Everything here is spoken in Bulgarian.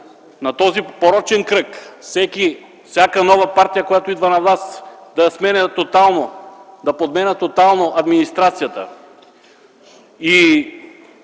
на този порочен кръг всяка нова партия, която идва на власт, да подменя тотално администрацията и